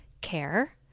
care